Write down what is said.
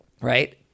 Right